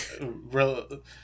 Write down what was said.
real